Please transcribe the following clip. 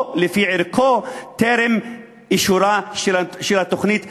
או לפי ערכו טרם אישורה של התוכנית המשביחה.